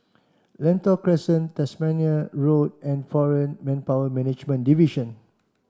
Lentor Crescent Tasmania Road and Foreign Manpower Management Division